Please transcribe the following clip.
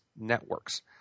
Networks